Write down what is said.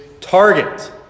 target